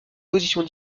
positions